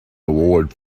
award